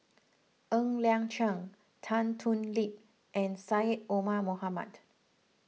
Ng Liang Chiang Tan Thoon Lip and Syed Omar Mohamed